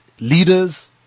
leaders